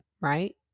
right